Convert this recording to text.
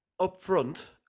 upfront